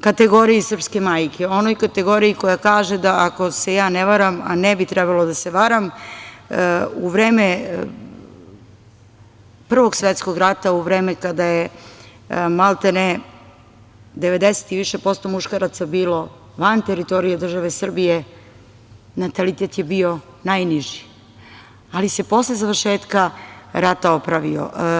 kategoriji srpske majke, onoj kategoriji koja kaže, ako se ja ne varam, a ne bi trebalo da se varam, u vreme Prvog svetskog rata, u vreme kada je, maltene 90% i više muškaraca bilo van teritorije države Srbije natalitet je bio najniži, ali se posle završetka rata oporavio.